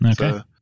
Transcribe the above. Okay